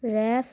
raf